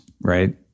right